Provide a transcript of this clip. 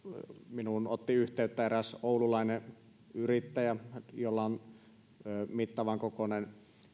minuun otti yhteyttä eräs oululainen yrittäjä jolla on mittavan kokoinen